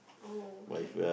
oh okay